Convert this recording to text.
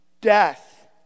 death